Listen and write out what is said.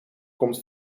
komt